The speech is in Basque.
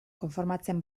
konformatzen